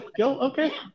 Okay